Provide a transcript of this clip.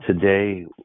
today